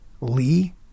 Lee